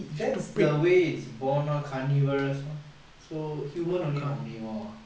that's the way it's born carnivorous so human only omnivore ah